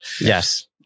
yes